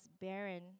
barren